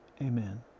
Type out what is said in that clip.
Amen